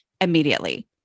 immediately